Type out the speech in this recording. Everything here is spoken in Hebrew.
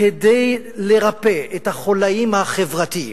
כדי לרפא את החוליים החברתיים,